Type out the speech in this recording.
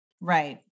Right